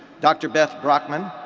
dr. beth brockman,